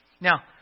Now